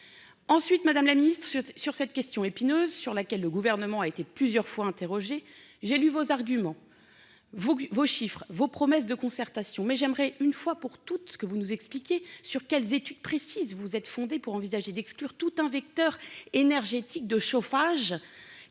Ensuite Madame la Ministre sur sur cette question épineuse sur laquelle le gouvernement a été plusieurs fois interrogé, j'ai lu vos arguments. Vos, vos chiffres, vos promesses de concertation mais j'aimerais une fois pour toutes, que vous nous expliquez sur quelles études précises, vous êtes fondé pour envisager d'exclure toute un vecteur énergétique de chauffage.